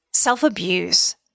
self-abuse